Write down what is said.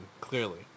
clearly